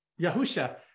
Yahusha